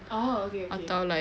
oh okay okay